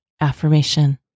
AFFIRMATION